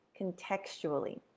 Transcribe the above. contextually